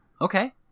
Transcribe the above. Okay